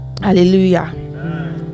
Hallelujah